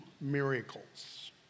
miracles